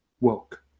woke